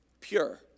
pure